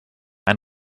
mein